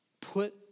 put